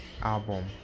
album